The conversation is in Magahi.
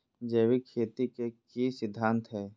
जैविक खेती के की सिद्धांत हैय?